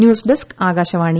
news desk Akashvani